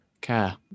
care